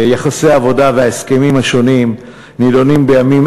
יחסי העבודה וההסכמים השונים נדונים בימים